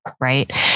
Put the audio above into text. Right